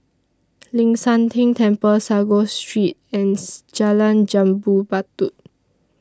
Ling San Teng Temple Sago Street and Jalan Jambu Batu